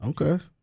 Okay